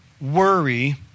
worry